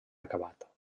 acabat